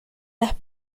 las